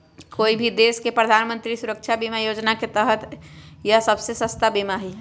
कोई भी देश के प्रधानमंत्री सुरक्षा बीमा योजना के तहत यह सबसे सस्ता बीमा हई